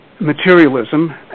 Materialism